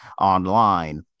online